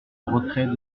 retrait